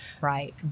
Right